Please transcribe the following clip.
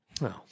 No